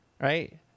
right